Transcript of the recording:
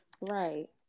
Right